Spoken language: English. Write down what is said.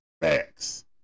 facts